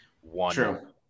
one